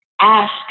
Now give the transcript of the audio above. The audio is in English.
ask